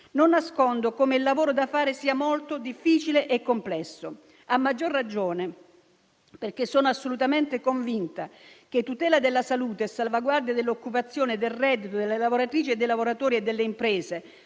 Non nascondo come il lavoro da fare sia molto difficile e complesso, a maggior ragione perché sono assolutamente convinta che tutela della salute e salvaguardia dell'occupazione e del reddito delle lavoratrici, dei lavoratori e delle imprese